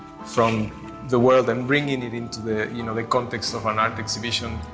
from the world and bringing it into the, you know, the context of an art exhibition.